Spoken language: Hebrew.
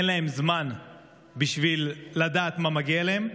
1. אין להם זמן בשביל לדעת מה מגיע להם,